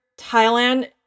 Thailand